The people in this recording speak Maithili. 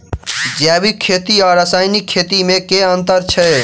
जैविक खेती आ रासायनिक खेती मे केँ अंतर छै?